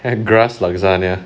and grass lasagna